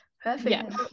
Perfect